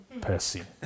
person